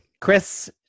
Chris